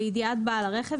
"לידיעת בעל הרכב,